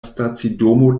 stacidomo